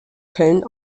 fällen